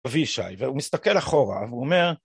אבישי. והוא מסתכל אחורה, והוא אומר